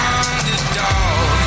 underdog